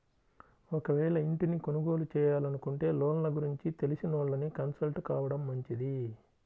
ఒకవేళ ఇంటిని కొనుగోలు చేయాలనుకుంటే లోన్ల గురించి తెలిసినోళ్ళని కన్సల్ట్ కావడం మంచిది